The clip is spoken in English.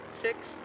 six